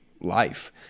life